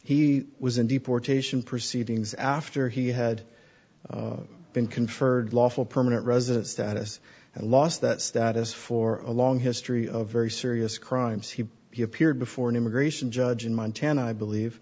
he was in deportation proceedings after he had been conferred lawful permanent resident status and lost that status for a long history of very serious crimes he he appeared before an immigration judge in montana i believe